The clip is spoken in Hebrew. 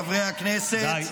חברי הכנסת,